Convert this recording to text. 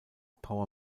power